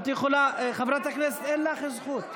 טוב, חברי הכנסת, בואו נשב כל אחד במקומו.